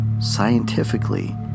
scientifically